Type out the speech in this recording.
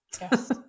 Yes